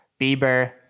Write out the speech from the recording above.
bieber